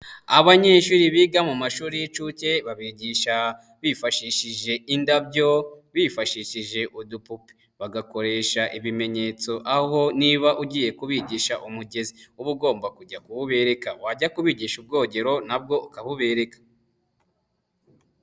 Abanyeshuri biga mu mashuri y'inshuke babigisha bifashishije indabyo, bifashishije udupupe, bagakoresha ibimenyetso, aho niba ugiye kubigisha umugezi uba ugomba kujya kuwubereka, wajya kubigisha ubwogero nabwo ukabubereka.